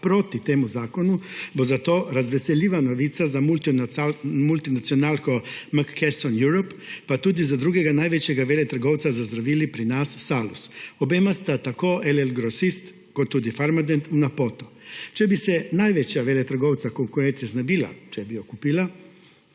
proti temu zakonu, bo zato razveseljiva novica za multinacionalko McKesson Europe, pa tudi za drugega največja veletrgovca z zdravili pri nas − Salus. Obema sta tako LL Grosist kot tudi Farmadent v napoto. Če bi se največja veletrgovca konkurence znebila, če bi ju kupila,